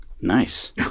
Nice